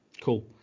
cool